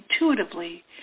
intuitively